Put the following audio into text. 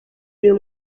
uyu